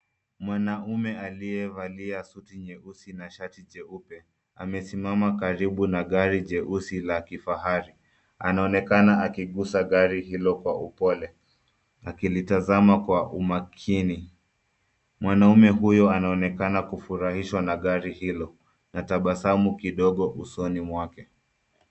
Mwanaume aliyevalia suti nyeusi na shati jeupe, amesimama karibu gari jeusi la kifahari. Anaonekana akigusa gari hilo kwa upole, akilitazama kwa umakini. Mwanaume huyo anaonekana kufurahishwa na gari hilo na tabasamu kidogo usoni mwake.